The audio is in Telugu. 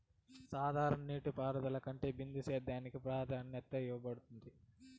సాధారణ నీటిపారుదల కంటే బిందు సేద్యానికి ప్రాధాన్యత ఇవ్వబడుతుంది